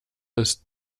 ist